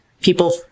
people